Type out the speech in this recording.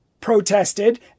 protested